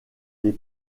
les